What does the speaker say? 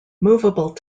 movable